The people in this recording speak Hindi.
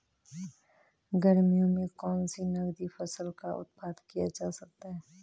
गर्मियों में कौन सी नगदी फसल का उत्पादन किया जा सकता है?